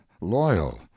loyal